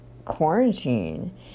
quarantine